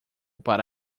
para